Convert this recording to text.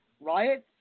riots